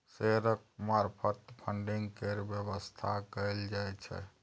शेयरक मार्फत फडिंग केर बेबस्था कएल जाइ छै